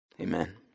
Amen